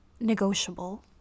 negotiable